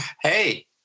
Hey